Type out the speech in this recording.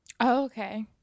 Okay